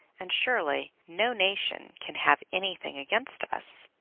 and surely no nation can have anything against us!